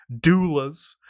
doulas